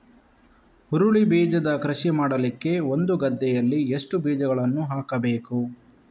ಹುರುಳಿ ಬೀಜದ ಕೃಷಿ ಮಾಡಲಿಕ್ಕೆ ಒಂದು ಗದ್ದೆಯಲ್ಲಿ ಎಷ್ಟು ಬೀಜಗಳನ್ನು ಹಾಕಬೇಕು?